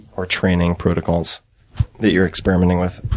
or training protocols that you're experimenting with?